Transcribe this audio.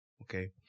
okay